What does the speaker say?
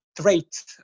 trait